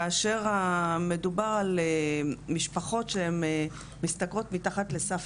כאשר מדובר על משפחות שהן משתכרות מתחת לסף